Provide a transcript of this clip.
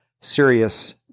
serious